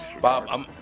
Bob